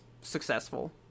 successful